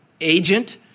agent